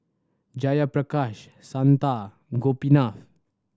Jayaprakash Santha Gopinath